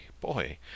boy